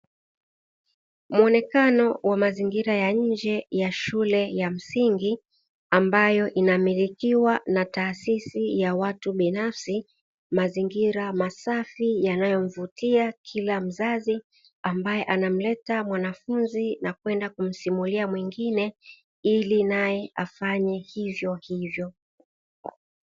Muonekano wa mazingira ya nje ya shule ya msingi ambayo inamilikiwa na taasisi ya watu binafsi, mazingira masafi yanayovutia kila mzazi ambaye anamleta mwanafunzi na kwenda kumsimulia mwingine; ili naye afanye hivyohivyo.